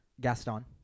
Gaston